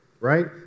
right